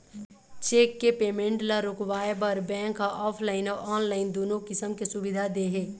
cheque के payment ल रोकवाए बर बेंक ह ऑफलाइन अउ ऑनलाईन दुनो किसम के सुबिधा दे हे